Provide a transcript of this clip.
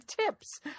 tips